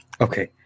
Okay